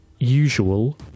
usual